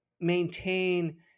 maintain